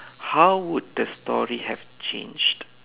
how would the story have changed